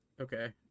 okay